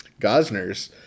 Gosners